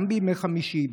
גם בימי חמישי,